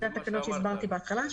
אלה התקנות שהסברתי בהתחלה,